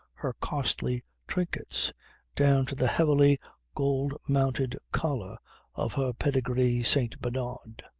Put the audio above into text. her costly trinkets down to the heavily gold-mounted collar of her pedigree st. bernard.